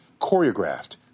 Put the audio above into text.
choreographed